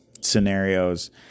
scenarios